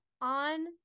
on